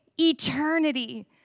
eternity